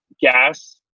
gas